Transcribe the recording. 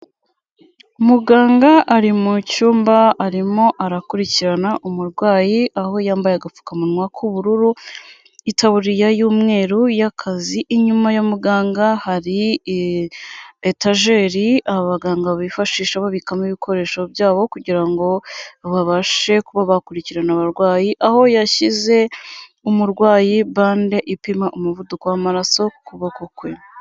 Umuganga ari mu cyumba arimo arakurikirana umurwayi, aho yambaye agapfukamunwa k'ubururu, itaburiya y'umweru y'akazi, inyuma ya muganga hari etajeri abaganga bifashisha babikamo ibikoresho byabo kugira ngo babashe kuba bakurikirana abarwayi, aho yashyize umurwayi bande ipima umuvuduko w'amaraso ku kuboko kwe.